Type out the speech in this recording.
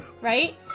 Right